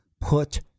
put